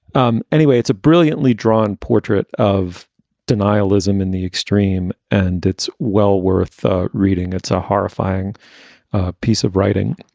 um anyway, it's a brilliantly drawn portrait of denialism in the extreme and it's well worth reading. it's a horrifying piece of writing,